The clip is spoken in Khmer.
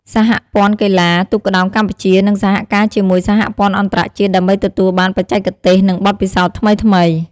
សហព័ន្ធកីឡាទូកក្ដោងកម្ពុជានឹងសហការជាមួយសហព័ន្ធអន្តរជាតិដើម្បីទទួលបានបច្ចេកទេស និងបទពិសោធន៍ថ្មីៗ។